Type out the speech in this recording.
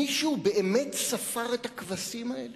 מישהו באמת ספר את הכבשים האלה,